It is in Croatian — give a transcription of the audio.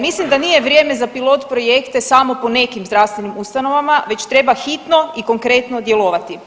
Mislim da nije vrijeme za pilot projekte samo po nekim zdravstvenim ustanovama već treba hitno i konkretno djelovati.